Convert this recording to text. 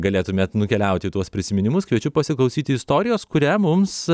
galėtumėt nukeliauti į tuos prisiminimus kviečiu pasiklausyti istorijos kurią mums